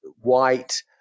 white